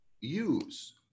use